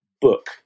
book